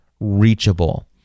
reachable